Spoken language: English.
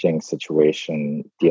situation